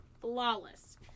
flawless